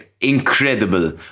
incredible